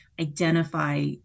identify